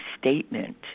statement